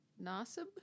Nasib